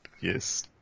Yes